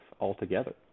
altogether